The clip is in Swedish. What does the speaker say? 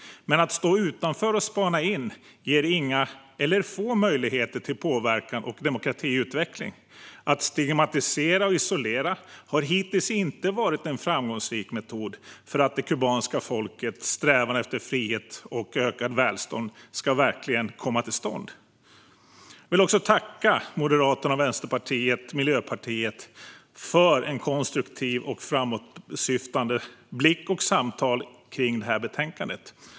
Men att stå utanför och spana in ger inga, eller få, möjligheter till påverkan och demokratiutveckling. Att stigmatisera och isolera har hittills inte varit en framgångsrik metod för att det kubanska folkets strävan efter frihet och ökat välstånd verkligen ska komma till stånd. Jag vill också tacka Moderaterna, Vänsterpartiet och Miljöpartiet för en konstruktiv och framåtsyftande blick och samtal om betänkandet.